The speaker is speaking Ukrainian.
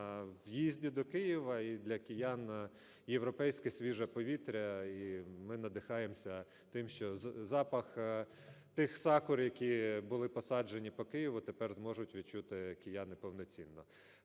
в'їзді до Києва і для киян європейське свіже повітря, і ми надихаємося тим, що запах тих сакур, які були посаджені по Києву, тепер зможуть відчути кияни повноцінно.